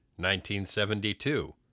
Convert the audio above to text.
1972